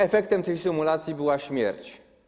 Efektem tej symulacji była śmierć.